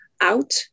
out